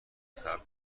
صبر